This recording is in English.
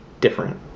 different